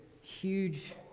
huge